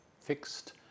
fixed